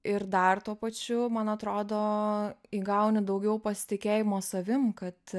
ir dar tuo pačiu man atrodo įgauni daugiau pasitikėjimo savim kad